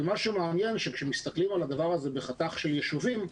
אבל מה שמעניין שכשמסתכלים על הדבר הזה בחתך של ישובים,